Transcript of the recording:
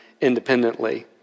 independently